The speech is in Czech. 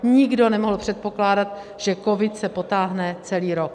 Nikdo nemohl předpokládat, že covid se potáhne celý rok.